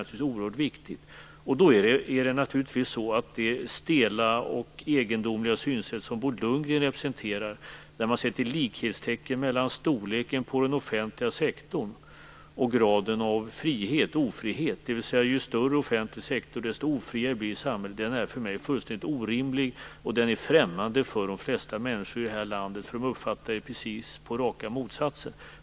Det stela och egendomliga synsätt som Bo Lundgren representerar, där man sätter likhetstecken mellan storleken på den offentliga sektorn och graden av frihet, dvs. ju större offentlig sektor, desto ofriare blir samhället, är för mig fullständigt orimligt. Det är främmande för de flesta människor i det här landet, för de uppfattar saken på rakt motsatt sätt.